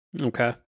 Okay